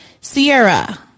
Sierra